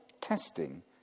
testing